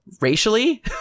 Racially